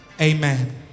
Amen